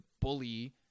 bully